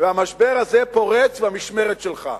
והמשבר הזה פורץ במשמרת שלך.